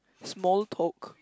small talk